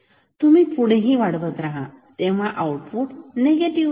तुम्ही पुढेही वाढवत राहा तेव्हा आउटपुट निगेटिव्ह राहील